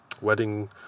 wedding